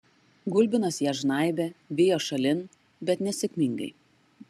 gulbinas ją žnaibė vijo šalin bet nesėkmingai